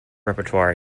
repertoire